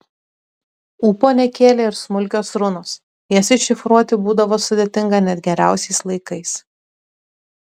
ūpo nekėlė ir smulkios runos jas iššifruoti būdavo sudėtinga net geriausiais laikais